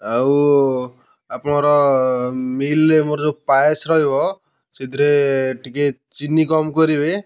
ଆଉ ଆପଣଙ୍କର ମିଲ୍ରେ ମୋର ଯୋଉ ପାଏସ୍ ରହିବ ସେଇଥିରେ ଟିକେ ଚିନି କମ୍ କରିବେ